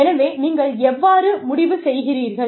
எனவே நீங்கள் எவ்வாறு முடிவு செய்வீர்கள்